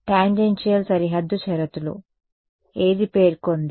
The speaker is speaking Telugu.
టాంజెన్షియల్ సరిహద్దు షరతులు ఏది పేర్కొంది